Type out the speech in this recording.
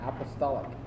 Apostolic